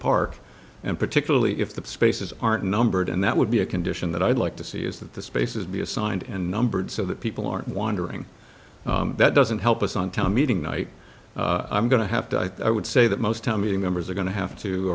park and particularly if the spaces aren't numbered and that would be a condition that i'd like to see is that the spaces be assigned and numbered so that people aren't wandering that doesn't help us on tell meeting night i'm going to have to i would say that most town meeting members are going to have to